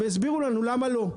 והסבירו לנו למה לא.